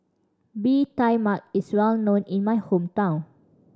Bee Tai Mak is well known in my hometown